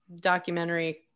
documentary